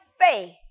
faith